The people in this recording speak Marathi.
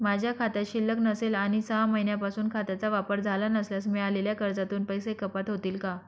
माझ्या खात्यात शिल्लक नसेल आणि सहा महिन्यांपासून खात्याचा वापर झाला नसल्यास मिळालेल्या कर्जातून पैसे कपात होतील का?